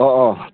अ अ